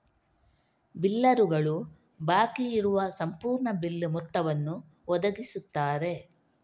ಬಿಲ್ಲರುಗಳು ಬಾಕಿ ಇರುವ ಸಂಪೂರ್ಣ ಬಿಲ್ ಮೊತ್ತವನ್ನು ಒದಗಿಸುತ್ತಾರೆ